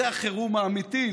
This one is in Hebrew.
זה החירום האמיתי,